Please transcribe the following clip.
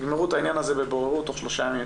תגמרו את העניין הזה בבוררות תוך שלושה ימים.